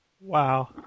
Wow